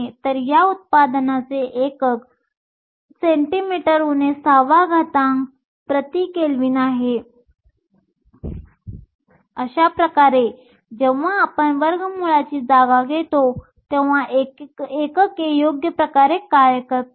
तर या उत्पादनाचे एकक cm 6 K 3 आहे अशाप्रकारे जेव्हा आपण वर्गमूळाची जागा घेतो तेव्हा एकके योग्य प्रकारे कार्य करतात